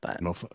No